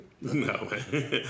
No